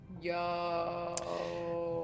Yo